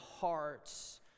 hearts